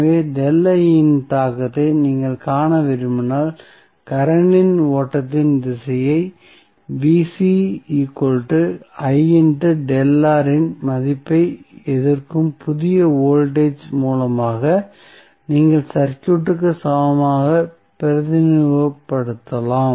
எனவே இன் தாக்கத்தை நீங்கள் காண விரும்பினால் கரண்ட் இன் ஓட்டத்தின் திசையையும் இன் மதிப்பையும் எதிர்க்கும் புதிய வோல்டேஜ் மூலமாக நீங்கள் சர்க்யூட்க்கு சமமாக பிரதிநிதித்துவப்படுத்தலாம்